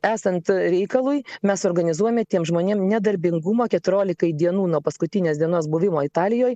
esant reikalui mes organizuojame tiems žmonėm nedarbingumą keturiolikai dienų nuo paskutinės dienos buvimo italijoj